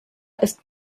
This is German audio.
ist